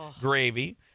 gravy